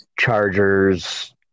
Chargers